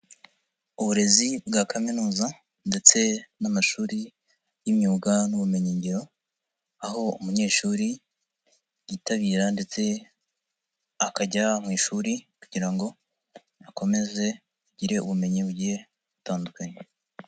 Uburezi bwa kaminuza ndetse n'amashuri y'imyuga n'ubumenyingiro, aho umunyeshuri yitabira ndetse akajya mu ishuri kugira ngo akomeze agire ubumenyi bugiye butandukanye.